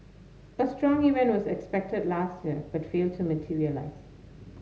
a strong event was expected last year but failed to materialise